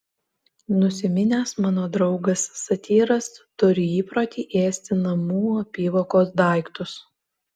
nusiminęs mano draugas satyras turi įprotį ėsti namų apyvokos daiktus